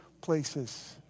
places